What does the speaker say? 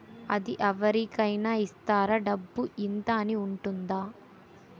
అది అవరి కేనా ఇస్తారా? డబ్బు ఇంత అని ఉంటుందా?